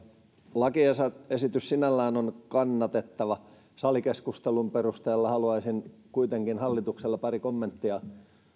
lakiesitys sinällään on kannatettava salikeskustelun perusteella haluaisin kuitenkin hallitukselle pari kommenttia